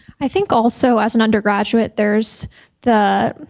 i think also as an undergraduate, there's the